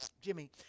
Jimmy